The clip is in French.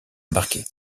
remarquer